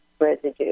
residue